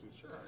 Sure